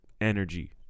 energy